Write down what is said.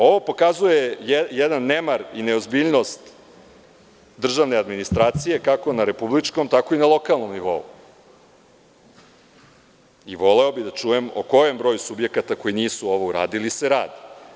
Ovo pokazuje jedan nemar i neozbiljnost državne administracije, kako na republičkom, tako i na lokalnom nivou i voleo bih da čujem o kojem broju subjekata koji nisu ovo uradili se radi.